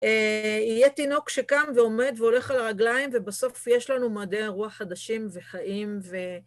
יהיה תינוק שקם ועומד והולך על הרגליים ובסוף יש לנו מדעי הרוח חדשים וחיים ו...